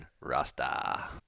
Rasta